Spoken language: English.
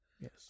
Yes